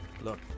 Look